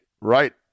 right